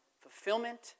fulfillment